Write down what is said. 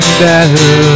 better